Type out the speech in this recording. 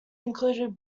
included